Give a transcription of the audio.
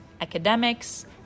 academics